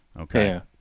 Okay